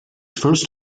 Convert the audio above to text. first